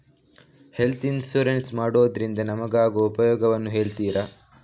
Health insurance ಮಾಡೋದ್ರಿಂದ ನಮಗಾಗುವ ಉಪಯೋಗವನ್ನು ಹೇಳ್ತೀರಾ?